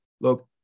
Look